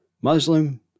Muslim